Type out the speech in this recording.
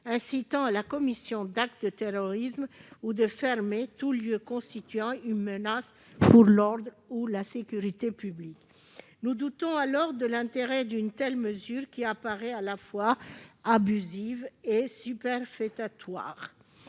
incitant à la commission d'actes de terrorisme ou de fermer tout lieu constituant une menace pour l'ordre ou la sécurité publique. Dès lors, nous doutons de l'intérêt d'une telle mesure, qui paraît à la fois abusive et superfétatoire.